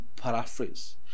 paraphrase